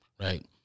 Right